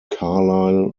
carlisle